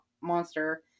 monster